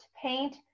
paint